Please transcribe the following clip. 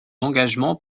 engagement